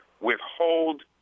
withhold